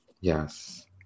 yes